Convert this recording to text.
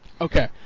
Okay